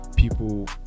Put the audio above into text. people